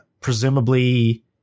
Presumably